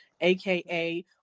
AKA